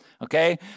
Okay